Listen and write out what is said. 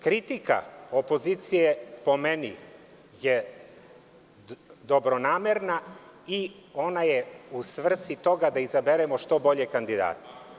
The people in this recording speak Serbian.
Kritika opozicije, po meni, je dobronamerna i ona je u svrsi toga da izaberemo što bolje kandidate.